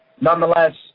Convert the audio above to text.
nonetheless